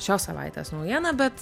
šios savaitės naujiena bet